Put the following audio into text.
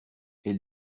elle